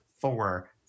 four